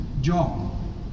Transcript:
John